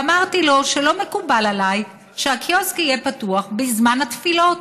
ואמרתי לו שלא מקובל עליי שהקיוסק יהיה פתוח בזמן התפילות.